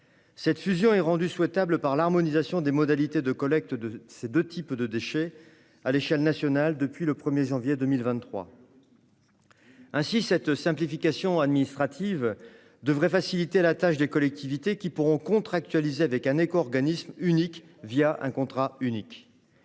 Cette fusion est rendue souhaitable par l'harmonisation des modalités de collecte de ces deux types de déchets à l'échelle nationale depuis le 1 janvier 2023. Ainsi, cette simplification administrative devrait faciliter la tâche des collectivités, qui pourront contractualiser avec un éco-organisme unique, un contrat unique.